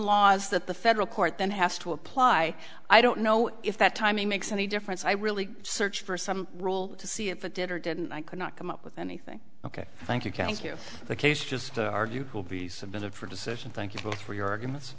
laws that the federal court then has to apply i don't know if that timing makes any difference i really search for some rule to see if it did or didn't i could not come up with anything ok thank you can't you the case just argued will be submitted for decision thank you both for your arguments